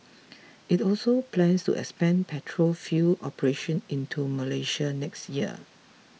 it also plans to expand petrol fuel operations into Malaysia next year